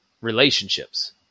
relationships